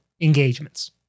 engagements